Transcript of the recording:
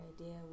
idea